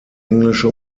englische